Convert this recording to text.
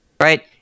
right